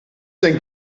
denn